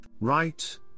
Right